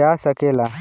जा सकेला?